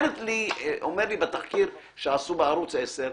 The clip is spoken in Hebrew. בתחקיר שעשו בערוץ 10,